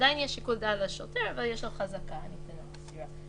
עדיין יש שיקול דעת לשוטר ויש לו חזקה הניתנת לסתירה.